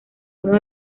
uno